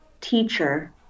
teacher